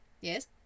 Yes